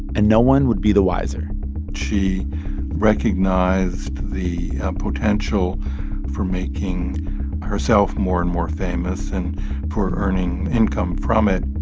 and no one would be the wiser she recognized the potential for making herself more and more famous and for earning income from it